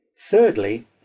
thirdly